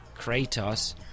Kratos